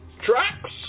tracks